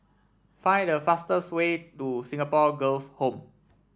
find the fastest way to Singapore Girls' Home